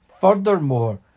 furthermore